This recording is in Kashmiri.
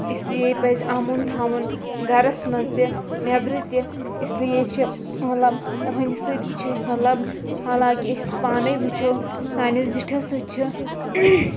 اِسلیے پَزِ اَمُن تھاوُن گَرَس منٛز تہِ نیبرٕ تہِ اِسلیے چھِ مطلب یِہنٛدِ سۭتۍ چھِ أسۍ مطلب حالانٛکہِ أسۍ پانَے وٕچھو سانیو زِٹھیو سۭتۍ چھِ